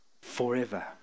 forever